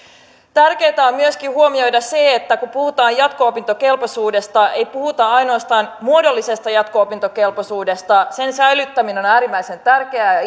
tärkeätä on huomioida myöskin se että kun puhutaan jatko opintokelpoisuudesta ei puhuta ainoastaan muodollisesta jatko opintokelpoisuudesta sen säilyttäminen on on äärimmäisen tärkeää ja